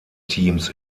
teams